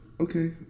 Okay